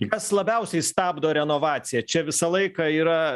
kas labiausiai stabdo renovaciją čia visą laiką yra